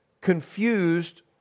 confused